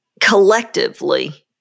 collectively